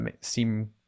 seem